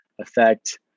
affect